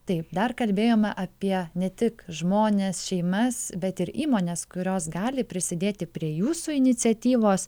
taip dar kalbėjome apie ne tik žmones šeimas bet ir įmones kurios gali prisidėti prie jūsų iniciatyvos